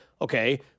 okay